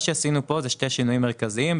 פה עשינו שני שינויים מרכזיים,